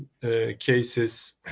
Cases